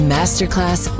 Masterclass